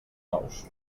nous